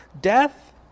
death